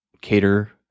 cater